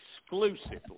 exclusively